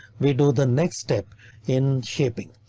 we do the next step in shaping.